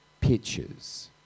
pictures